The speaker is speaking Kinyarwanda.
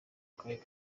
karere